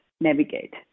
navigate